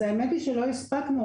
אז האמת היא שלא הספקנו,